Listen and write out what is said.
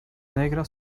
negra